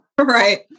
right